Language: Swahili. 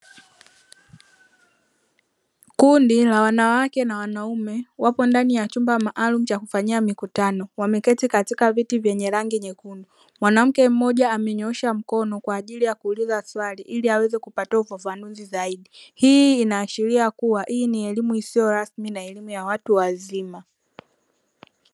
Kundi la wanawake na wanaume wapo ndani ya chumba maalum cha kufanyia mikutano. Wameketi katika viti vyenye rangi nyekundu. Mwanamke mmoja amenyoosha mkono kwa ajili ya kuuliza swali ili aweze kupatiwa ufafanuzi zaidi. Hii inaashiria kuwa hii ni elimu isiyo rasmi na elimu ya watu wazima.